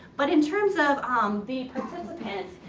but in terms of um the participants,